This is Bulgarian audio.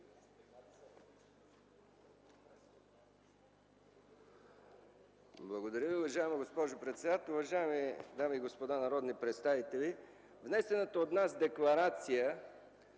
Благодаря Ви, уважаема госпожо председател. Уважаеми дами и господа народни представители, внесеният от нас проект